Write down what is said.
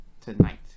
tonight